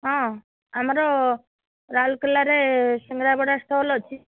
ହଁ ଆମର ରାଉରକେଲାରେ ସିଙ୍ଗେଡ଼ା ବରା ଷ୍ଟଲ୍ ଅଛି